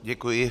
Děkuji.